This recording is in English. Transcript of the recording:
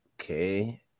Okay